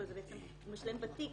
אבל הוא משלם בתיק,